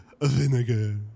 vinegar